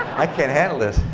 i can't handle this.